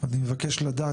אני מבקש לדעת,